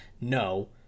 no